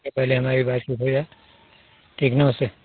उसके पहले हमारी वाइफ चुप हो जाए ठीक नमस्ते